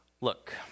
look